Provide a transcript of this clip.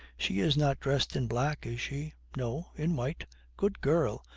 she is not dressed in black, is she no, in white good girl!